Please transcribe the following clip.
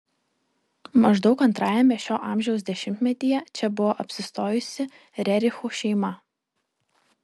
maždaug antrajame šio amžiaus dešimtmetyje čia buvo apsistojusi rerichų šeima